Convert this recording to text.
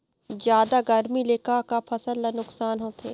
जादा गरमी ले का का फसल ला नुकसान होथे?